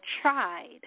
tried